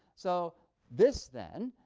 so this then,